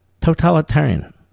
Totalitarian